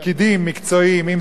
אם יועצים משפטיים,